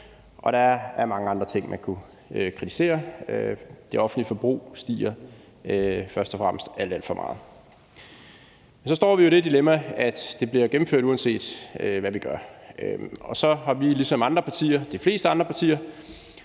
og der er mange andre ting, man kunne kritisere. Det offentlige forbrug stiger først og fremmest alt, alt for meget. Så står vi jo i det dilemma, at det bliver gennemført, uanset hvad vi gør, og så har vi ligesom andre partier, de fleste andre partier,